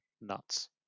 nuts